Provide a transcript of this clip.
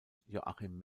joachim